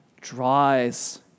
dries